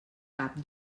cap